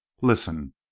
listen